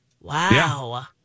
Wow